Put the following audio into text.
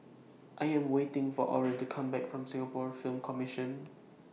I Am waiting For Oren to Come Back from Singapore Film Commission